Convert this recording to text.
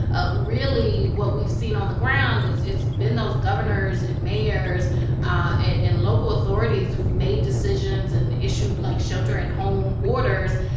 ah really, what we've seen on the ground it's been those governors and mayors and local authorities who've made decisions and issued, like, shelter at home orders.